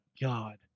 God